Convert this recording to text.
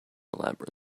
labyrinth